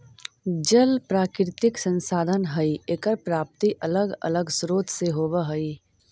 जल प्राकृतिक संसाधन हई एकर प्राप्ति अलग अलग स्रोत से होवऽ हई